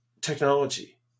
technology